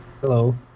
Hello